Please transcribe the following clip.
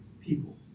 people